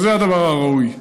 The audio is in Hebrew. שזה הדבר הראוי,